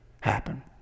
happen